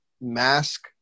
mask